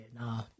Nah